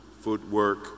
footwork